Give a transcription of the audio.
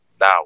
now